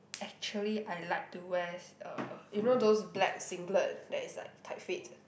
actually I like to wear s~ uh you know those black singlet that is like tight fit